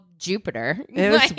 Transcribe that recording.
Jupiter